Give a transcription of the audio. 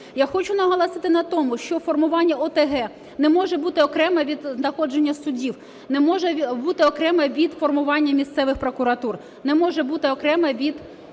Я хочу наголосити на тому, що формування ОТГ не може бути окремо від знаходження судів, не може бути окремо від формування місцевих прокуратур, не може бути окремо від